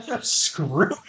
Screw